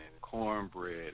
cornbread